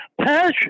passion